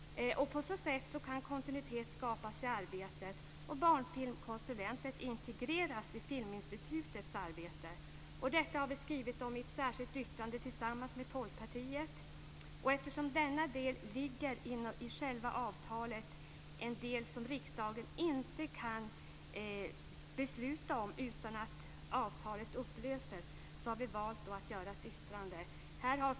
På så sätt kan kontinuitet skapas i arbetet och barnfilmskonsulenten integreras i Filminstitutets arbete. Detta har vi skrivit om i ett särskilt yttrande tillsammans med Folkpartiet. Eftersom denna del ligger inom själva avtalet, en del som riksdagen inte kan besluta om utan att avtalet upplöses, har vi valt att göra ett yttrande.